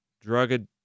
drug